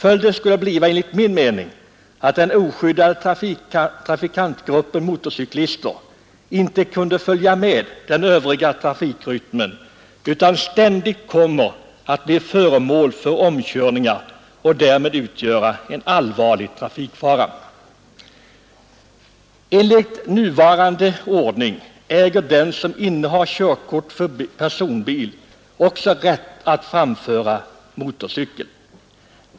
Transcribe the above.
Följden skulle enligt min mening bli att den oskyddade trafikantgruppen motorcyklister inte kunde följa med i trafikrytmen utan ständigt skulle bli föremål för omkörningar och därmed utgöra en allvarlig trafikfara. Enligt nuvarande ordning äger den som innehar körkort för personbil också rätt att framföra motorcykel.